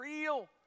real